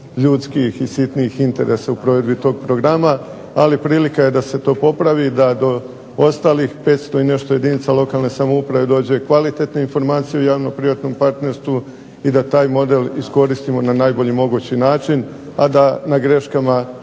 i sitnih interesa u provedbi tog programa ali prilika je da se to popravi da ostalih 500 i nešto jedinica lokalne samouprave dođe kvalitetnu informaciju o javno privatnom partnerstvu i da taj model iskoristimo na najbolji mogući način, a da na greškama